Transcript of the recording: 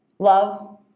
Love